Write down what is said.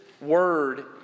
word